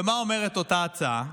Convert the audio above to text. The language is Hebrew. מה אומרת אותה ההצעה?